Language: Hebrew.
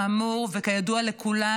כאמור וכידוע לכולם,